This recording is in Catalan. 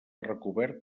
recobert